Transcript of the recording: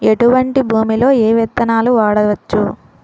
ఎటువంటి భూమిలో ఏ విత్తనాలు వాడవచ్చు?